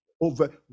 over